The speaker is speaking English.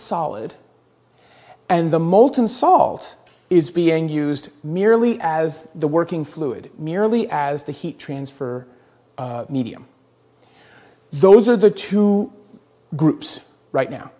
solid and the molten salts is being used merely as the working fluid merely as the heat transfer medium those are the two groups right now